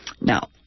now